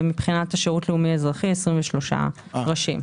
ומבחינת השירות הלאומי-אזרחי 23 ראשים.